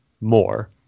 more